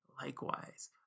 likewise